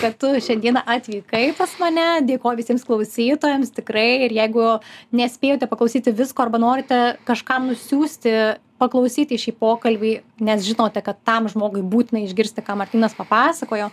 kad tu šiandieną atvykai pas mane dėkoju visiems klausytojams tikrai ir jeigu nespėjote paklausyti visko arba norite kažkam nusiųsti paklausyti šį pokalbį nes žinote kad tam žmogui būtina išgirsti ką martynas papasakojo